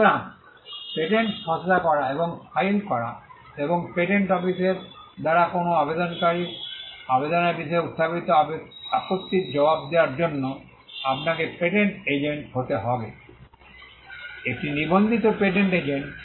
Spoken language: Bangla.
সুতরাং পেটেন্টস খসড়া করা এবং ফাইল করা এবং পেটেন্ট অফিসের দ্বারা কোনও আবেদনকারী আবেদনের বিষয়ে উত্থাপিত আপত্তির জবাব দেওয়ার জন্য আপনাকে পেটেন্ট এজেন্ট হতে হবে একটি নিবন্ধিত পেটেন্ট এজেন্ট